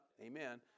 Amen